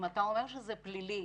אם אתה אומר שזה פלילי,